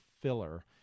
filler